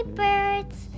birds